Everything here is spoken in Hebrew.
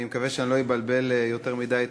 אני מקווה שאני לא אבלבל יותר מדי את